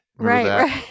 Right